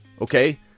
Okay